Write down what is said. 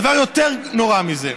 דבר יותר נורא מזה: